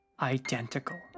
identical